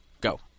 Go